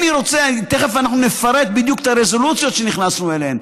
תכף אנחנו נפרט בדיוק את הרזולוציות שנכנסנו אליהן,